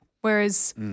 Whereas –